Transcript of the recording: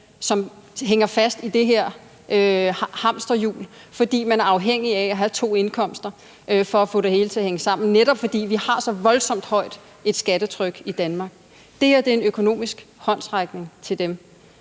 som hænger fast i det her hamsterhjul, fordi man er afhængig af at have to indkomster for at få det hele til at hænge sammen, netop fordi vi har et så voldsomt højt skattetryk i Danmark. Det her er en økonomisk håndsrækning til dem.